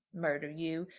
murder you.